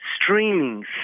streaming